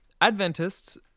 Adventists